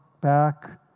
back